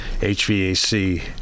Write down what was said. HVAC